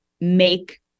make